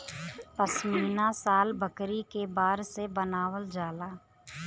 पश्मीना शाल बकरी के बार से बनावल जाला